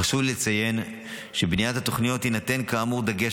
חשוב לציין שבבניית התוכניות יינתן דגש